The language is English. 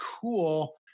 cool